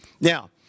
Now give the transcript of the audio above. Now